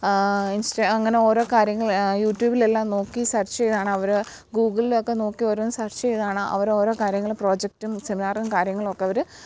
insta അങ്ങനെയോരൊ കാര്യങ്ങൾ യൂറ്റൂബിലെല്ലാം നോക്കി സെർച്ച് ചെയ്താണവർ ഗൂഗിൾലൊക്കെ നോക്കി ഓരോന്ന് സെർച്ച് ചെയ്താണ് അവരോരൊ കാര്യങ്ങൾ പ്രൊജക്റ്റും സെമിനാറും കാര്യങ്ങളുവൊക്കെ അവർ